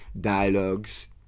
dialogues